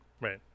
right